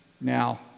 Now